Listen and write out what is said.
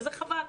וזה חבל.